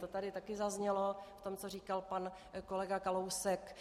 To tady také zaznělo v tom, co tady říkal pan kolega Kalousek.